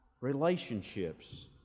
Relationships